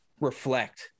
reflect